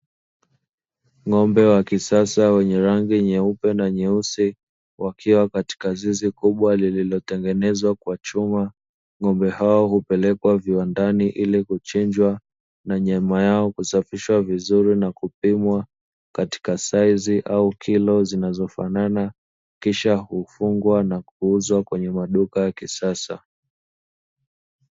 Ng'ombe wa kisasa wenye rangi nyeupe na nyeusi, wakiwa katika zizi kubwa lililotengenezwa kwa chuma. Ng'ombe hao hupelekwa viwandani ili kuchinjwa, na nyama yao kusafishiwa vizuri na kupimwa katika saizi au kilo zinazofanana, kisha hufungwa na kuuzwa kwenye maduka ya kisasa.